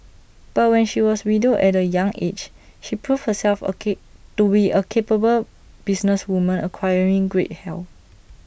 but when she was widowed at A young aged she proved herself A cake to we A capable businesswoman acquiring great health